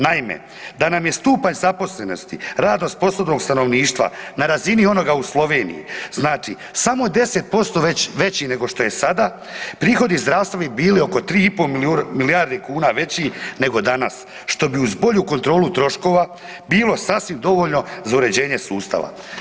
Naime, da nam je stupanj zaposlenosti radno sposobnog stanovništva na razini onoga u Sloveniji, znači samo 10% već veći nego što je sada prihodi zdravstva bi bili oko 3,5 milijarde kuna veći nego danas što bi uz bolju kontrolu troškova bilo sasvim dovoljno za uređenje sustava.